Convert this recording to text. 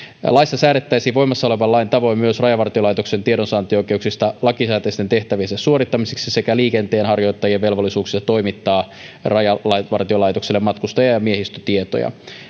laissa säädettäisiin voimassa olevan lain tavoin myös rajavartiolaitoksen tiedonsaantioikeuksista lakisääteisten tehtäviensä suorittamiseksi sekä liikenteenharjoittajien velvollisuuksista toimittaa rajavartiolaitokselle matkustaja ja miehistötietoja